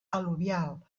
al·luvial